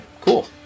cool